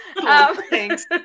Thanks